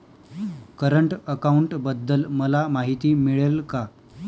Current अकाउंटबद्दल मला माहिती मिळेल का?